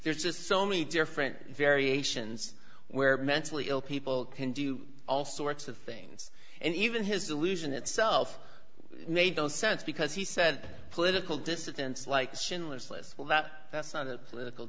there's just so many different variations where mentally ill people can do all sorts of things and even his delusion itself made no sense because he said political dissidents like schindler's list well that that's not a political